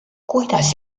kuidas